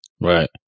Right